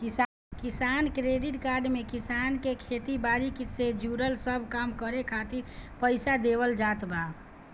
किसान credit card में किसान के खेती बारी से जुड़ल सब काम करे खातिर पईसा देवल जात बा